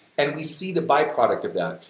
and we see the byproduct of that.